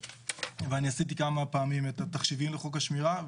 עשיתי כמה פעמים את התחשיבים לחוק השמירה,